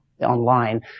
online